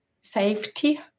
safety